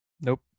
nope